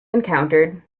encountered